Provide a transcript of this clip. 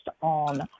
on